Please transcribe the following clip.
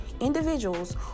individuals